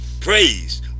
praise